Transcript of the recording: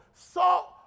Salt